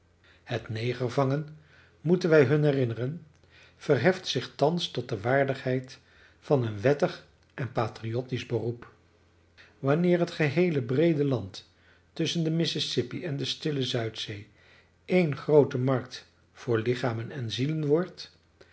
het negervangen moeten wij hun herinneren verheft zich thans tot de waardigheid van een wettig en patriotsch beroep wanneer het geheele breede land tusschen den mississippi en de stille zuidzee ééne groote markt voor lichamen en zielen wordt